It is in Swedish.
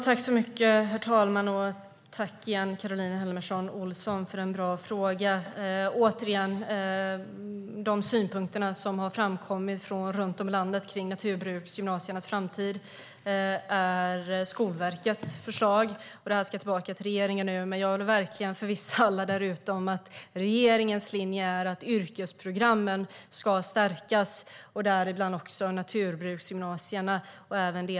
Herr talman! Jag tackar åter Caroline Helmersson Olsson för en bra fråga. De synpunkter som har framkommit runt om i landet på naturbruksgymnasiernas framtid är Skolverkets förslag, och det ska nu tillbaka till regeringen. Jag vill dock förvissa alla om att regeringens linje är att yrkesprogrammen ska stärkas, däribland också naturbruksgymnasierna.